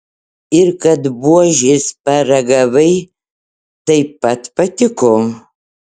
ir kad buožės paragavai taip pat patiko